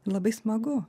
labai smagu